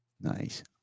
Nice